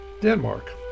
Denmark